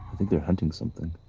think they're hunting something.